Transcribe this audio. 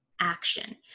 action